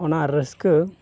ᱚᱱᱟ ᱨᱟᱹᱥᱠᱟᱹ